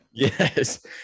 Yes